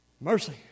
Mercy